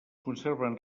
conserven